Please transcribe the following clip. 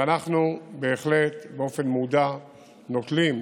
ואנחנו בהחלט, באופן מודע, נוטלים התחייבויות.